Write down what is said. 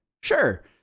sure